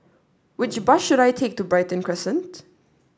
which bus should I take to Brighton Crescent